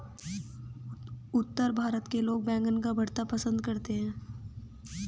उत्तर भारत में लोग बैंगन का भरता पंसद करते हैं